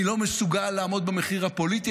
אני לא מסוגל לעמוד במחיר הפוליטי,